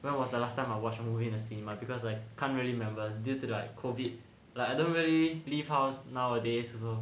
when was the last time I watch movie in the cinema because I can't really remember due to like COVID like I don't really leave house nowadays also